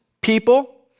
people